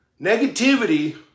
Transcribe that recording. negativity